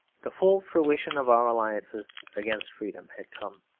the full fruition of our alliances against freedom had come.